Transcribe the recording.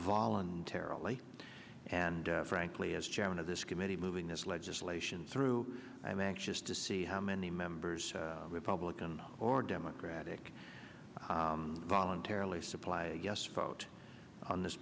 voluntarily and frankly as chairman of this committee moving this legislation through i'm anxious to see how many members republican or democratic voluntarily supply a yes vote on this